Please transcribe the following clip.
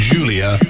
Julia